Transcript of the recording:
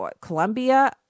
Columbia